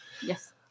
yes